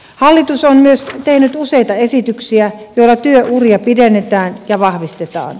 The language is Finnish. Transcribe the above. hallitus on myös tehnyt useita esityksiä joilla työuria pidennetään ja vahvistetaan